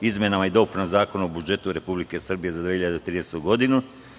izmenama i dopunama Zakona o budžetu Republike Srbije za 2013. godinu,